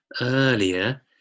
earlier